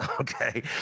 okay